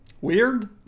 Weird